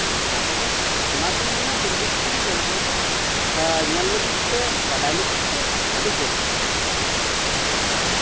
ᱱᱚᱣᱟ ᱠᱚᱫᱚ ᱚᱱᱟᱛᱤᱧ ᱢᱮᱱᱟ ᱫᱩᱨᱵᱤᱠᱠᱷᱚᱱ ᱡᱚᱱᱛᱨᱚ ᱫᱚ ᱧᱮᱞ ᱞᱟᱹᱜᱤᱫᱛᱮ ᱵᱟᱰᱟᱭ ᱞᱟᱹᱜᱤᱫᱛᱮ ᱟᱹᱰᱤ ᱡᱚᱛᱷᱟᱛᱟ